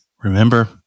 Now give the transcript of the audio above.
remember